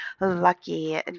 lucky